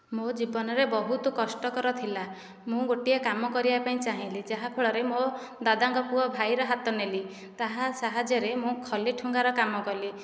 ମୋ ଜୀବନରେ ବହୁତ କଷ୍ଟକର ଥିଲା ମୁଁ ଗୋଟିଏ କାମ କରିବା ପାଇଁ ଚାହିଁଲି ଯାହାଫଳରେ ମୋ ଦାଦାଙ୍କ ପୁଅ ଭାଇର ହାତ ନେଲି ତାହା ସାହାଯ୍ୟରେ ମୁଁ ଖଲି ଠୁଙ୍ଗାର କାମ କଲି